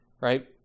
right